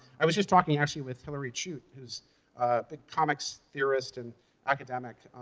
i was just talking actually with hilary chu, who's a big comics theorist and academic.